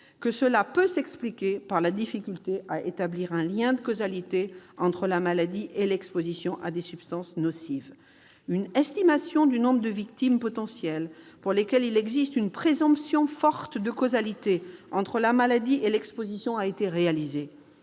eux, cela peut s'expliquer par la difficulté à établir un lien de causalité entre la maladie et l'exposition à des substances nocives. Une estimation du nombre de victimes potentielles pour lesquelles il existe une présomption forte de causalité entre la maladie et l'exposition a été réalisée